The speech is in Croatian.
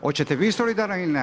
Hoćete vi solidarno ili ne?